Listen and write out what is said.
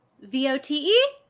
V-O-T-E